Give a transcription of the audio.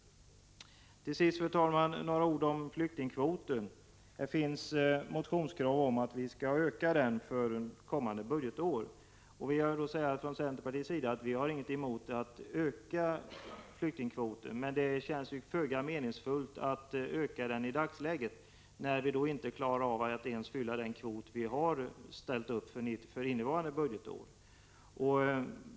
Till sist, fru talman, några ord om flyktingkvoten. Det finns motionskrav om att denna skall ökas för kommande budgetår. Från centerpartiets sida har vi ingenting emot att öka flyktingkvoten, men det känns föga meningsfullt att öka den i dagsläget, när vi inte klarar av att fylla ens den kvot som ställts upp för innevarande budgetår.